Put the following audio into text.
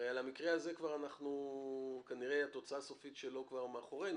הרי על המקרה הזה כבר התוצאה הסופית שלו כבר מאחורינו,